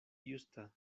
justa